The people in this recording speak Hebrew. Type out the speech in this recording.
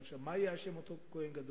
מה אשם אותו כוהן גדול?